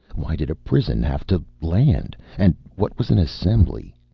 why did a prison have to land? and what was an assembly?